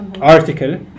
article